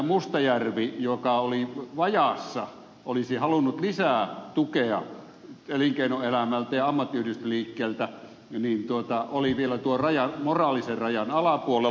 mustajärvi joka oli vajaassa olisi halunnut lisää tukea elinkeinoelämältä ja ammattiyhdistysliikkeeltä oli vielä tuon moraalisen rajan alapuolella